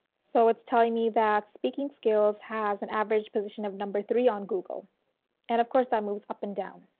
so it is telling me that speaking skills has an average position of number three on google and of course that um moves up and down.